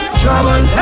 trouble